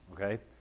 okay